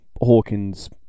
Hawkins